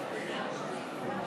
החוק